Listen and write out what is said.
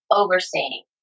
overseeing